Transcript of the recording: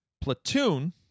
Platoon